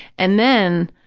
and then,